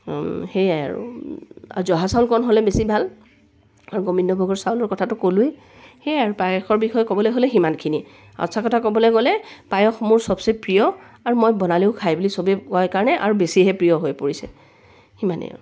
সেয়াই আৰু জহা চাউলকণ হ'লে বেছি ভাল আৰু গোবিন্দ ভোগৰ চাউলৰ কথাটো ক'লোৱেই সেয়াই আৰু পায়সৰ বিষয়ে ক'বলৈ হ'লে সিমানখিনিয়ে সঁচা কথা ক'বলৈ গ'লে পায়স মোৰ চবচে প্ৰিয় আৰু মই বনালেও খাই বুলি চবেই কয় কাৰণে আৰু বেছিহে প্ৰিয় হৈ পৰিছে সিমানেই আৰু